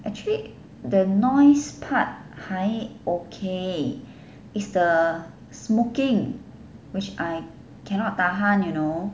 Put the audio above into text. actually the noise part 还 okay is the smoking which I cannot tahan you know